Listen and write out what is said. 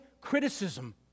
criticism